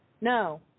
No